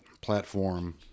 platform